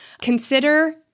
Consider